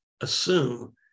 assume